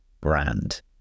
brand